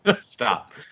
Stop